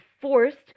forced